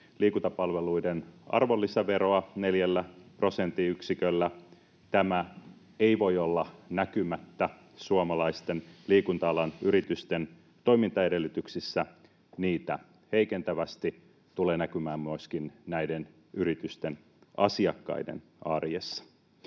liikuntapalveluiden arvonlisäveroa neljällä prosenttiyksiköllä. Tämä ei voi olla näkymättä suomalaisten liikunta-alan yritysten toimintaedellytyksissä niitä heikentävästi. Se tulee näkymään myöskin näiden yritysten asiakkaiden arjessa.